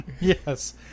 Yes